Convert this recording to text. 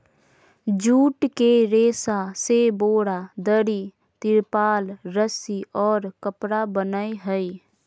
jute के रेशा से बोरा, दरी, तिरपाल, रस्सि और कपड़ा बनय हइ